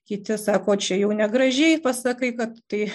kiti sako čia jau negražiai pasakai kad tai